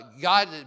God